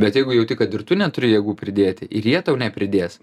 bet jeigu jauti kad ir tu neturi jėgų pridėti ir jie tau nepridės